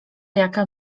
jaka